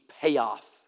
payoff